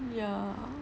yeah